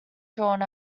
drawn